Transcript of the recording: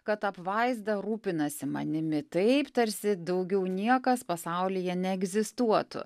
kad apvaizda rūpinasi manimi taip tarsi daugiau niekas pasaulyje neegzistuotų